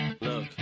look